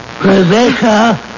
Rebecca